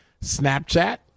Snapchat